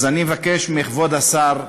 אז אני מבקש מכבוד השר,